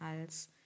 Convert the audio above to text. als